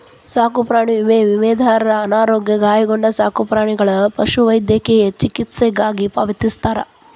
ಸಾಕುಪ್ರಾಣಿ ವಿಮೆ ವಿಮಾದಾರರ ಅನಾರೋಗ್ಯ ಗಾಯಗೊಂಡ ಸಾಕುಪ್ರಾಣಿಗಳ ಪಶುವೈದ್ಯಕೇಯ ಚಿಕಿತ್ಸೆಗಾಗಿ ಪಾವತಿಸ್ತಾರ